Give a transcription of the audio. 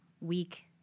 week